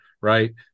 Right